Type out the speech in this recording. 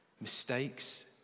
mistakes